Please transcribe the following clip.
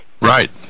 Right